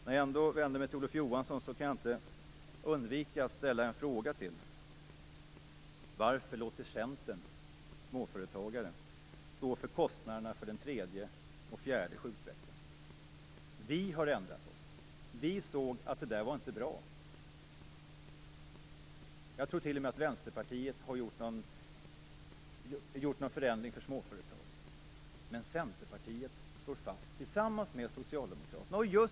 När jag nu vänder mig till Olof Johansson kan jag inte undvika att ställa en fråga till: Varför låter Centern småföretagare stå för kostnaderna för den tredje och fjärde sjukveckan? Vi har ändrat oss. Vi såg att detta inte var bra. Jag tror t.o.m. att Vänsterpartiet har gjort någon förändring när det gäller småföretagen. Men Centerpartiet står, tillsammans med Socialdemokraterna, fast vid det här.